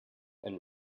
and